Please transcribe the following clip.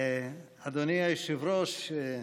אדוני היושב-ראש,